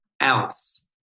else